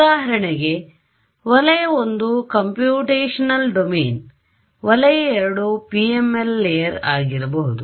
ಉದಾಹರಣೆಗೆ ವಲಯ 1 computational domain ವಲಯ 2 PML ಲೇಯರ್ ಆಗಿರಬಹುದು